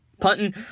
Punting